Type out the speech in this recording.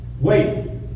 Wait